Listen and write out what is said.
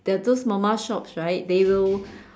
there are those Mama shops right they will